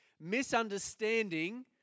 misunderstanding